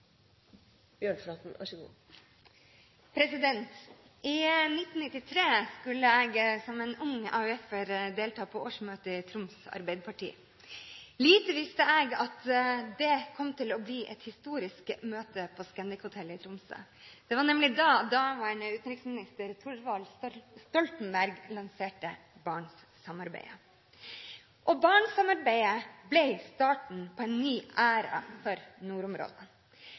I 1993 skulle jeg som en ung AUF-er delta på årsmøtet i Troms Arbeiderparti. Lite visste jeg at dette møtet, på Scandic-hotellet i Tromsø, kom til å bli historisk. Det var nemlig da daværende utenriksminister Thorvald Stoltenberg lanserte Barentssamarbeidet. Barentssamarbeidet ble starten på en ny æra for nordområdene.